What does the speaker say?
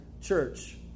church